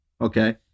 Okay